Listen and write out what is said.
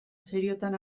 seriotan